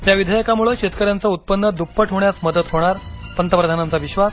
या विधेयकांमुळे शेतकऱ्यांचं उत्पन्न द्प्पट होण्यास मदत होणार पंतप्रधानांचा विश्वास